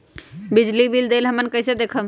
बिजली बिल देल हमन कईसे देखब?